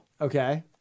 okay